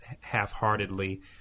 half-heartedly